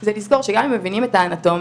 זה לזכור שגם אם הם מבינים את האנטומיה,